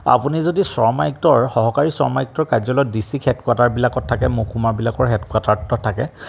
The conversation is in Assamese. আপুনি যদি শ্ৰম আয়ুক্তৰ সহকাৰী শ্ৰম আয়ুক্তৰ কাৰ্যালয়ত ডিষ্ট্ৰিক্ট হেডকোৱাটাৰবিলাকত থাকে মহকুমাবিলাকৰ হেডকোৱাটাৰত থাকে